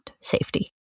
safety